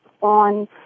on